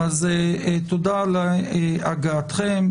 אז תודה על הגעתכם.